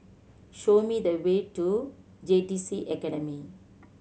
show me the way to J T C Academy